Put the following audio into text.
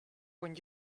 when